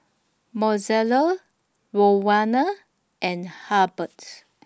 Mozelle Rowena and Hurbert